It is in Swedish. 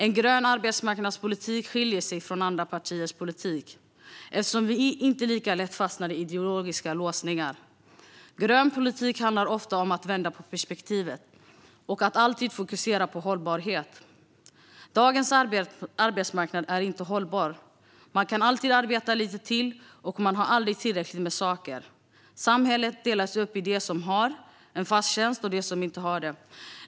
En grön arbetsmarknadspolitik skiljer sig från andra partiers politik eftersom vi inte lika lätt fastnar i ideologiska låsningar. Grön politik handlar ofta om att vända på perspektivet och om att alltid fokusera på hållbarhet. Dagens arbetsmarknad är inte hållbar. Man kan alltid arbeta lite till, och man har aldrig tillräckligt med saker. Samhället delas upp i dem som har en fast tjänst och dem som inte har det.